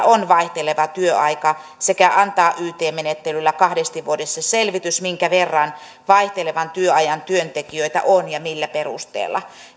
on vaihteleva työaika sekä antaa yt menettelyllä kahdesti vuodessa selvitys minkä verran vaihtelevan työajan työntekijöitä on ja millä perusteella